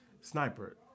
Sniper